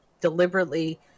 deliberately